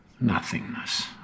Nothingness